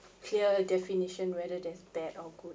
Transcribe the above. clear definition whether there's bad or good